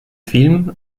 film